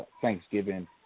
Thanksgiving